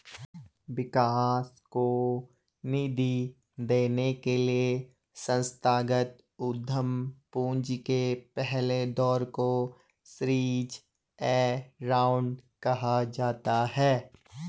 विकास को निधि देने के लिए संस्थागत उद्यम पूंजी के पहले दौर को सीरीज ए राउंड कहा जाता है